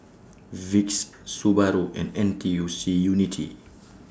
Vicks Subaru and N T U C Unity